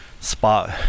spot